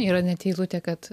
yra net eilutė kad